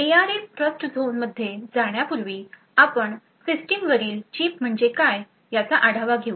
ARM ट्रस्टझोनमध्ये जाण्यापूर्वी आपण सिस्टमवरील चिप म्हणजे काय याचा आढावा घेऊ